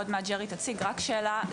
ג'רי תציג עוד מעט.